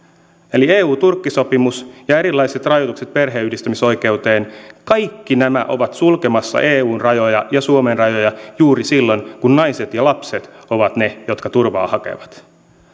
eli eu turkki sopimus ja erilaiset rajoitukset perheenyhdistämisoikeuteen ovat kaikki sulkemassa eun rajoja ja suomen rajoja juuri silloin kun naiset ja lapset ovat niitä jotka turvaa hakevat